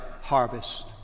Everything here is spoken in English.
harvest